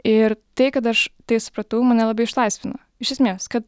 ir tai kad aš tai supratau mane labai išlaisvino iš esmės kad